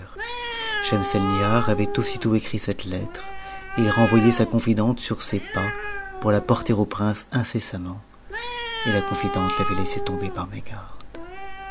elnihar vatt aussitôt écrit cette lettre et renvoyé sa confidente sur ses pas pour la porter au pi vce incessamment et la confidente l'avait laissée tomho par mégarde